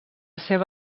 seva